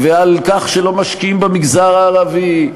על כך שלא משקיעים במגזר הערבי,